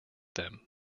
them